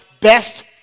best